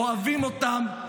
אוהבים אותם,